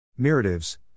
Miratives